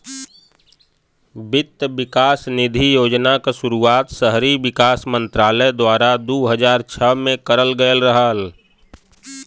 वित्त विकास निधि योजना क शुरुआत शहरी विकास मंत्रालय द्वारा दू हज़ार छह में करल गयल रहल